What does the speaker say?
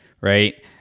right